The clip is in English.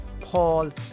Paul